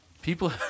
People